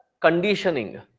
conditioning